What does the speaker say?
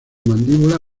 mandíbulas